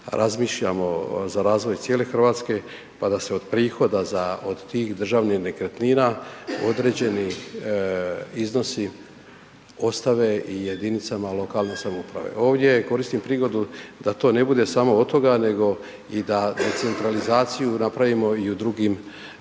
razmišljamo za razvoj cijele Hrvatske pa da se od prihoda za od tih državnih nekretnina određeni iznosi ostave i jedinicama lokalne samouprave. Ovdje koristim prigodu da to ne bude samo od toga nego i da centralizaciju napravimo i u drugim